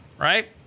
right